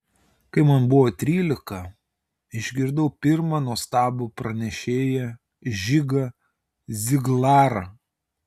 kai man buvo trylika išgirdau pirmą nuostabų pranešėją žigą ziglarą